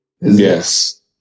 Yes